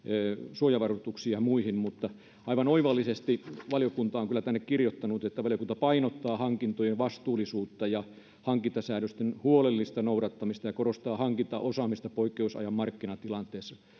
suojavarustuksiin ja muihin mutta aivan oivallisesti valiokunta on kyllä tänne kirjoittanut että valiokunta painottaa hankintojen vastuullisuutta ja hankintasäädösten huolellista noudattamista ja korostaa hankintaosaamista poikkeusajan markkinatilanteessa